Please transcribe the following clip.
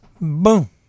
Boom